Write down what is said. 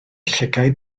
llygaid